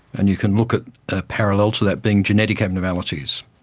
and you can look at a parallel to that being genetic abnormalities.